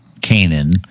Canaan